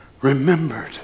remembered